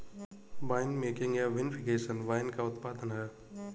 winemaking या vinification wine का उत्पादन है